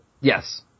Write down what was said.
Yes